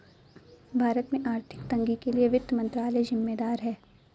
भारत में आर्थिक तंगी के लिए वित्त मंत्रालय ज़िम्मेदार है